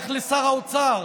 לכו לשר האוצר.